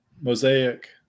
Mosaic